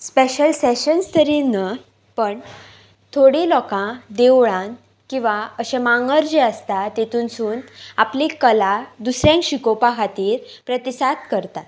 special sessions तरी न्हय पण थोडी लोकां देवळान किंवा अशें मांगर जे आसता तेतूनसून आपली कला दुसऱ्यांक शिकोवपा खातीर प्रतिसाद करतात